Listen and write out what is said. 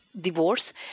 divorce